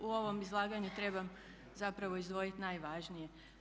U ovom izlaganju trebam zapravo izdvojiti najvažnije.